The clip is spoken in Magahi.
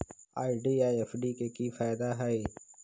आर.डी आ एफ.डी के कि फायदा हई?